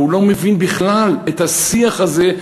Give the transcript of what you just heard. הוא לא מבין בכלל את השיח הזה,